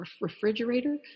refrigerator